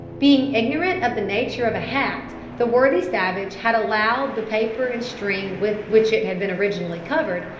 being ignorant of the nature of a hat, the worthy savage had allowed the paper and string with which it had been originally covered,